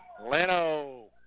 Leno